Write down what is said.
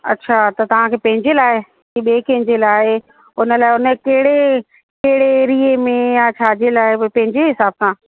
अछा त तव्हांखे पंहिंजे लाइ की ॿिए कंहिंजे लाइ उन लाइ उन कहिड़े कहिड़े एरिए में या छाजे लाइ उहा पंहिंजे हिसाब सां